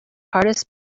hardest